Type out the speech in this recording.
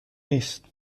نیست